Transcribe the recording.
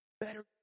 better